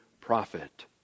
prophet